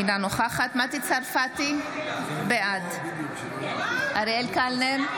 אינה נוכחת מטי צרפתי הרכבי, בעד אריאל קלנר,